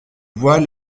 voiles